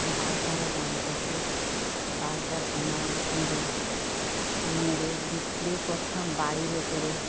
বাগদারও দাম প্রচুর বাগদার পোনা নিয়ে মেরে বিক্রিও করতাম বাড়ির উপরে